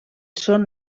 són